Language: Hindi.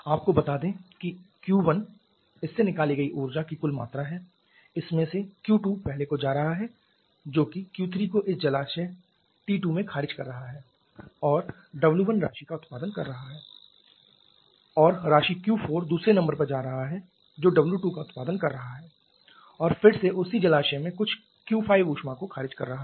आपको बता दें कि Q1 इससे निकाली गई ऊर्जा की कुल मात्रा है इसमें से Q2 पहले को जा रहा है जोकि Q3 को इस T2 जलाशय में खारिज कर रहा है और W1 राशि का उत्पादन कर रहा है और राशि Q4 दूसरे नंबर पर जा रहा है जो W2 का उत्पादन कर रहा है और फिर से उसी जलाशय में कुछ Q5 ऊष्मा को खारिज कर रहा है